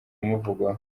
bimuvugwaho